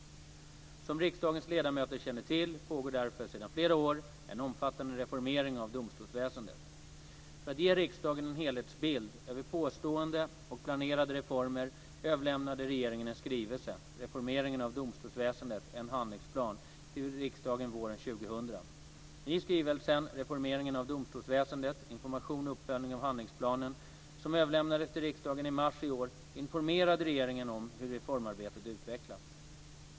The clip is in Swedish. Som riksdagens ledamöter känner till pågår därför sedan flera år en omfattande reformering av domstolsväsendet. För att ge riksdagen en helhetsbild över pågående och planerade reformer överlämnade regeringen en skrivelse, Reformeringen av domstolsväsendet - en handlingsplan som överlämnades till riksdagen i mars i år informerade regeringen om hur reformarbetet utvecklats.